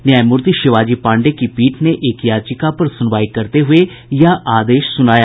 न्यायमूर्ति शिवाजी पांडेय की पीठ ने एक याचिका पर सुनवाई करते हुए यह आदेश सुनाया